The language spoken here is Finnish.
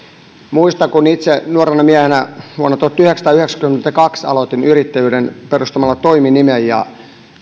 muistan kun itse nuorena miehenä vuonna tuhatyhdeksänsataayhdeksänkymmentäkaksi aloitin yrittäjyyden perustamalla toiminimen ja